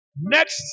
Next